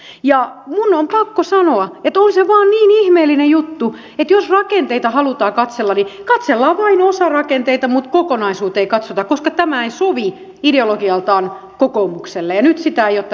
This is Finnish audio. minun on pakko sanoa että on se vain niin ihmeellinen juttu että jos rakenteita halutaan katsella niin katsellaan vain osarakenteita mutta kokonaisuutta ei katsota koska tämä ei sovi ideologialtaan kokoomukselle ja nyt sitä ei ole tässä ohjelmassa